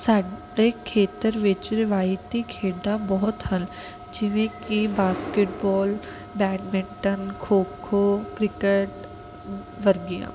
ਸਾਡੇ ਖੇਤਰ ਵਿੱਚ ਰਿਵਾਇਤੀ ਖੇਡਾਂ ਬਹੁਤ ਹਨ ਜਿਵੇਂ ਕਿ basketball badminton kho kho cricket ਵਰਗੀਆਂ